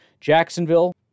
Jacksonville